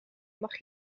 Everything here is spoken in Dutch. mag